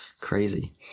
Crazy